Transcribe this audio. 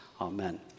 Amen